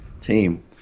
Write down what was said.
team